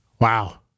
Wow